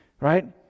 Right